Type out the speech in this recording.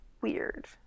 weird